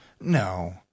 No